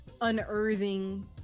unearthing